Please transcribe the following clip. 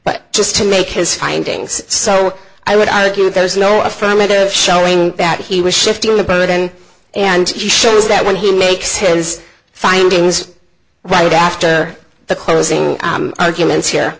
but just to make his findings so i would argue there was no affirmative showing that he was shifting the burden and he shows that when he makes his findings right after the closing arguments here